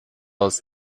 aus